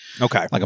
Okay